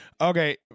okay